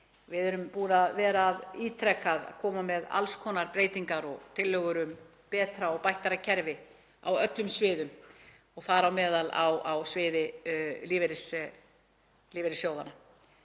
Við erum búin ítrekað að koma með alls konar breytingar og tillögur um betra og bættara kerfi á öllum sviðum og þar á meðal á sviði lífeyrissjóðanna.